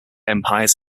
empires